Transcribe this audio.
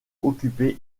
occupé